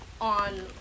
on